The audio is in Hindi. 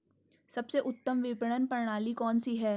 सबसे उत्तम विपणन प्रणाली कौन सी है?